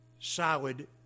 solid